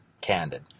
candid